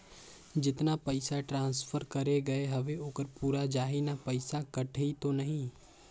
जतना पइसा ट्रांसफर करे गये हवे ओकर पूरा जाही न पइसा कटही तो नहीं?